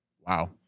Wow